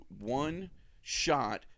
one-shot